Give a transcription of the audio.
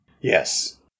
Yes